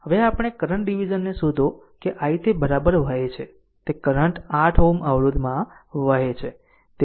હવે આપણે current division ને શોધો કે i તે બરાબર વહે છે તે કરંટ 8 Ω અવરોધમાં વહે છે તે 2 હશે